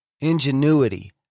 ingenuity